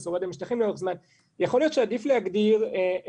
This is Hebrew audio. הוא שורד על משטחים לאורך זמן יכול להיות שעדיף להגדיר אזור